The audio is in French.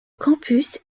campus